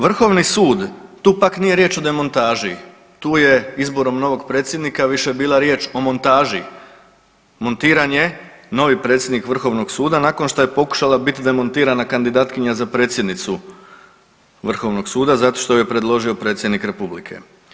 Vrhovni sud tu pak nije riječ o demontaži, tu je izborom novog predsjednika više bila riječ o montaži, montiran je novi predsjednik Vrhovnog suda nakon što je pokušala biti demantirana kandidatkinja za predsjednicu Vrhovnog suda zato što ju je predložio predsjednik Republike.